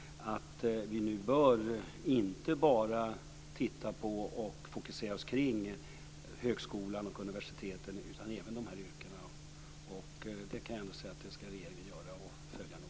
Vi bör nu inte bara titta på och fokusera på högskolan och universiteten, utan även på de här yrkena. Jag kan säga att regeringen ska göra det och följa detta noga.